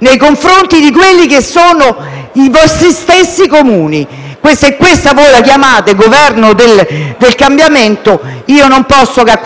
nei confronti dei vostri stessi Comuni. Se questo voi lo chiamate Governo del cambiamento, io non posso che